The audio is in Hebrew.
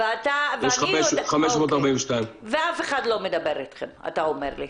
ואף אחד לא מדבר אתכם, אתה אומר לי.